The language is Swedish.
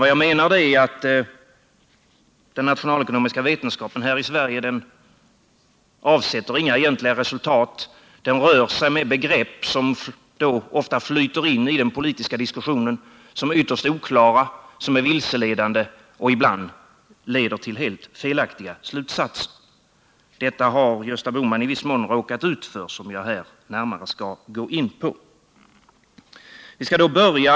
Vad jag menar är att den nationalekonomiska vetenskapen här i Sverige inte avsätter några egentliga resultat. Den rör sig med begrepp som ofta flyter in i den politiska diskussionen, som är ytterst oklara och vilseledande och ibland leder till helt felaktiga slutsatser. Detta har Gösta Bohman här i viss mån råkat ut för, som jag närmare skall gå in på.